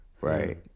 right